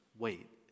Wait